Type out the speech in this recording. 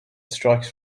strikes